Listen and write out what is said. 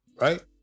Right